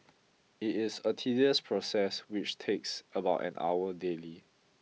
it is a tedious process which takes about an hour daily